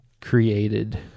created